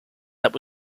that